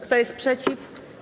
Kto jest przeciw?